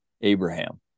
Abraham